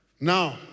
Now